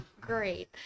Great